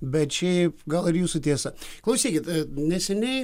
bet šiaip gal ir jūsų tiesa klausykit neseniai